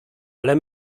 ale